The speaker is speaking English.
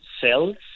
cells